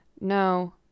No